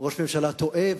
ראש ממשלה טועה,